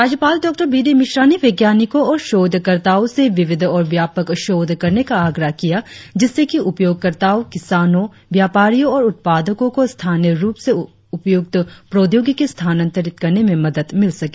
राज्यपाल Dr B D Mishra ने वैज्ञानिकों और शोधकर्ताओं से विविध और व्यापक शोध करने का आग्रह किया जिससे कि उपयोगकर्ताओं किसानों व्यापारियों और उत्पादकों को स्थानीय रुप से उपयुक्त प्रौद्योगिकी स्थानांतरित करने में मदद मिल सके